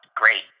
great